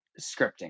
scripting